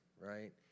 right